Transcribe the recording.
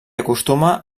acostuma